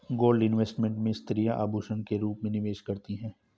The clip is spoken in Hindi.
गोल्ड इन्वेस्टमेंट में स्त्रियां आभूषण के रूप में निवेश करती हैं